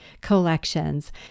collections